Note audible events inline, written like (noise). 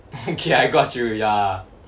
(laughs) okay I got you ya